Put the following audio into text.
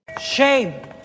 Shame